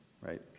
right